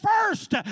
first